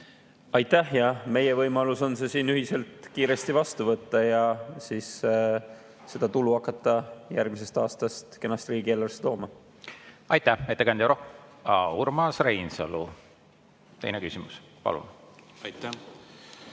Aitäh! Meie võimalus on see siin ühiselt kiiresti vastu võtta ja siis seda tulu hakata järgmisest aastast kenasti riigieelarvesse tooma. Aitäh, ettekandja! Urmas Reinsalu, teine küsimus, palun! Aitäh,